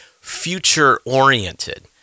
future-oriented